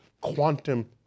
quantum